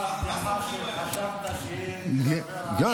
לא,